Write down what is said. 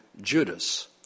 Judas